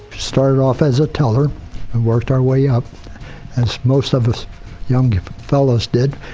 started off as a teller and worked our way up as most of us young fellows did